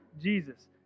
Jesus